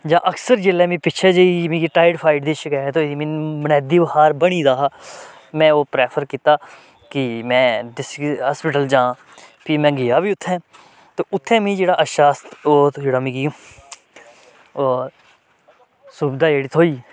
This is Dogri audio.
जां अक्सर जेल्लै मी पिच्छें जेही जेल्लै मिगी टाइफाइड दी शकैत होई मिगी मनेयादी बखार बनी दा हा में ओह् प्रैफर कीता कि में डिस्ट्रिक्ट हास्पिटल जां फ्ही में गेआ बी उत्थै ते उत्थै मिगी जेह्ड़ा अच्छा ओह् उत्थै जेह्ड़ा मिगी सुबधा जेह्ड़ी थ्होई